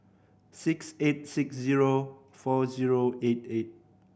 six eight six zero four zero eight eight